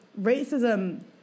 racism